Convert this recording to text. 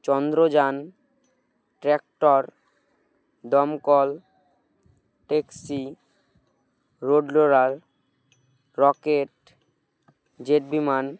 Chandrayaan tractor দমকল taxi road roller rocket jet বিমান